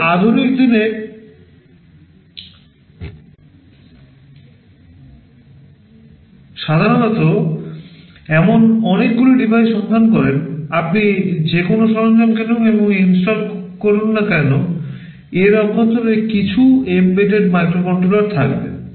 আপনি আধুনিক দিনে সাধারণত এমন অনেকগুলি ডিভাইস সন্ধান করেন আপনি যে কোনও সরঞ্জাম কিনুন এবং ইনস্টল করুন না কেন এর অভ্যন্তরে কিছু এমবেডেড মাইক্রোকন্ট্রোলার থাকবে